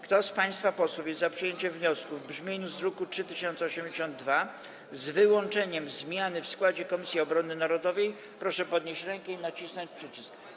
Kto z państwa posłów jest za przyjęciem wniosku w brzmieniu z druku nr 3082, z wyłączeniem zmiany w składzie Komisji Obrony Narodowej, proszę podnieść rękę i nacisnąć przycisk.